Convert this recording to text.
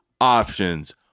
options